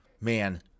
man